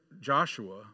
Joshua